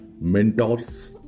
mentors